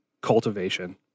cultivation